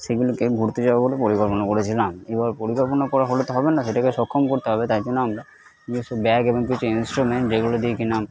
সেগুলিকে ঘুরতে যাবো বলে পরিকল্পনা করেছিলাম এবার পরিকল্পনা করা হলে তো হবে না সেটাকে সক্ষম করতে হবে তাই জন্য আমরা নিজস্ব ব্যাগ এবং কিছু ইন্সট্রুমেন্ট যেগুলো দিয়ে কিনা